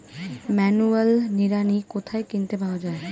Manual নিড়ানি কোথায় কিনতে পাওয়া যায়?